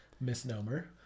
misnomer